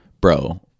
bro